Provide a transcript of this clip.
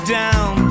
down